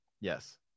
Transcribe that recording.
Yes